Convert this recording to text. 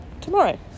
tomorrow